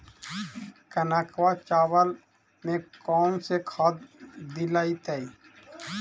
कनकवा चावल में कौन से खाद दिलाइतै?